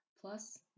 plus